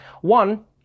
One